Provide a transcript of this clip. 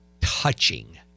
touching